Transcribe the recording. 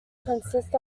consists